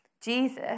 Jesus